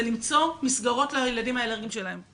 למצוא מסגרות לילדים האלרגיים שלהם.